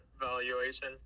valuation